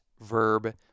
verb